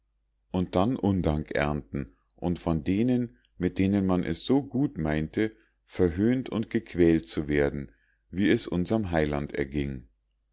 und dann undank ernten und von denen mit denen man es so gut meinte verhöhnt und gequält zu werden wie es unserm heiland ging